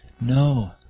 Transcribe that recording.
No